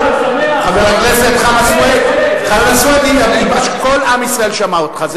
חבר הכנסת חנא סוייד, כל עם ישראל שמע אותך.